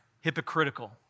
hypocritical